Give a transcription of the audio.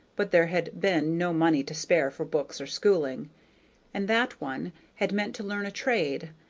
but there had been no money to spare for books or schooling and that one had meant to learn a trade,